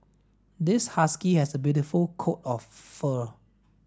this husky has a beautiful coat of fur